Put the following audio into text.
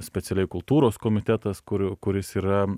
specialiai kultūros komitetas kur kuris yra